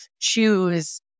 choose